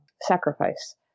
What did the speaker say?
sacrifice